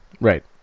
Right